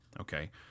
okay